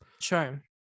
sure